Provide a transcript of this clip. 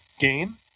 game